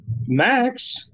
max